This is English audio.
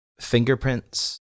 fingerprints